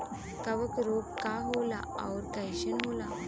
कवक रोग का होला अउर कईसन होला?